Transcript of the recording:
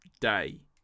day